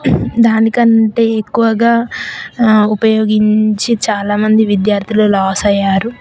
దాని కంటే ఎక్కువగా ఉపయోగించి చాలా మంది విద్యార్థులు లాస్ అయ్యారు